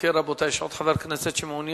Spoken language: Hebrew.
אם כן, רבותי, יש עוד חבר כנסת שמעוניין?